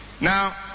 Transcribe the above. Now